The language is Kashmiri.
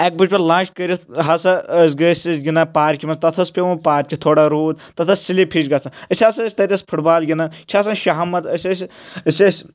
اَکہِ بجہِ پؠٹھ لنٛچ کٔرِتھ ہسا گٔژھ أسۍ گِنٛدان پارکہِ منٛز تَتھ اوس پیٚومُت پارکہِ تھوڑا روٗد تَتھ ٲس سِلِپ ہِش گژھان أسۍ ہسا ٲسۍ تَتہِ نَس فُٹ بال گِنٛدَان چھِ آسان شہمت أسۍ ٲسۍ أسۍ ٲسۍ